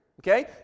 Okay